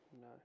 No